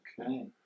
Okay